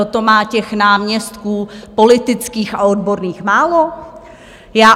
To má těch náměstků politických a odborných málo?